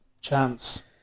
chance